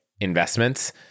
investments